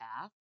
path